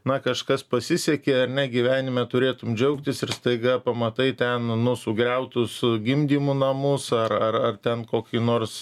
na kažkas pasisekė ar ne gyvenime turėtum džiaugtis ir staiga pamatai ten nu sugriautus gimdymo namus ar ar ar ten kokį nors